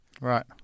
Right